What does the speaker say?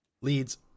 leads